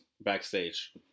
backstage